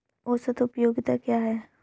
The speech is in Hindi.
औसत उपयोगिता क्या है?